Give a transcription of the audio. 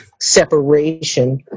separation